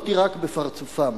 לא תירק בפרצופם,